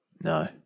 No